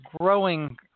growing